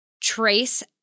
Trace